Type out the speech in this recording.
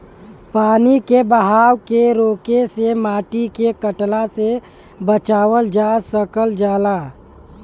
पानी के बहाव क रोके से माटी के कटला से बचावल जा सकल जाला